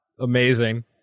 Amazing